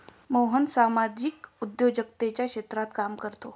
मोहन सामाजिक उद्योजकतेच्या क्षेत्रात काम करतो